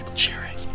cheering.